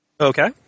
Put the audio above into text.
Okay